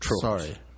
Sorry